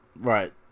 Right